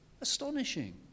Astonishing